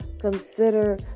consider